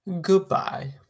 Goodbye